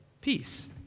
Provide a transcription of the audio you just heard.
Peace